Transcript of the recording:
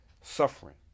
suffering